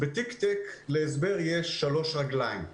להסבר יש 3 רגליים.